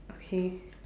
okay